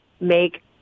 make